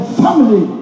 family